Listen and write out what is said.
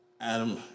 Adam